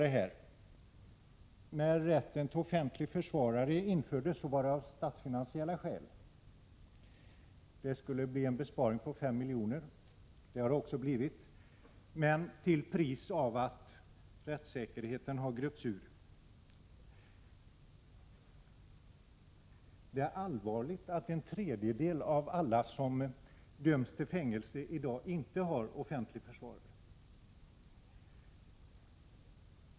När de nuvarande reglerna om rätten till offentlig försvarare infördes skedde det av statsfinansiella skäl. Det skulle leda till en besparing på 5 milj.kr. Det har det också gjort, men till priset av att rättssäkerheten har gröpts ur. Det är allvarligt att en tredjedel av alla som döms till fängelse i dag inte har offentlig försvarare.